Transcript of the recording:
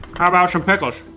how about some pickles?